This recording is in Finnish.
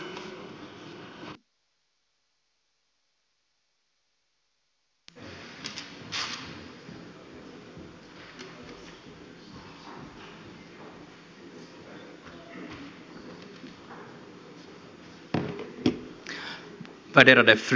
värderade fru talman